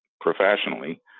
professionally